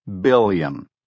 billion